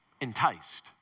enticed